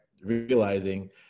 realizing